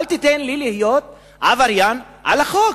אל תיתן לי להיות עבריין על החוק.